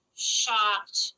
shocked